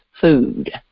food